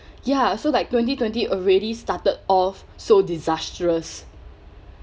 ya so like twenty twenty already started off so disastrous